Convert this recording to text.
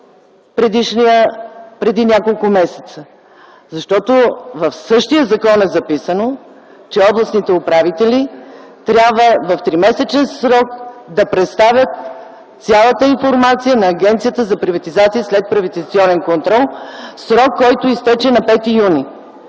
приет преди няколко месеца? В същия закон е записано, че областните управители трябва в тримесечен срок да представят цялата информация на Агенцията за приватизация и следприватизационен контрол – срок, който изтече на 5 юни